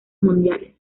mundiales